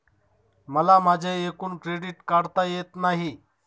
मला माझे एकूण क्रेडिट काढता येत नाही